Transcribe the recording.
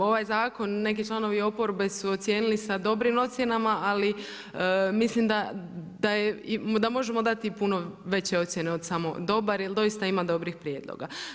Ovaj zakon neki članovi oporbe su ocijenili sa dobrim ocjenama ali mislim da možemo dati i puno veće ocjene od samo dobar jer doista ima dobrih prijedloga.